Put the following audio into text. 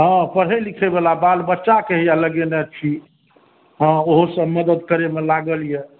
हॅं पढ़ै लिखै वाला बाल बच्चाके हैया लगेने छी हॅं ओहो सभ मदद करैमे लागल यऽ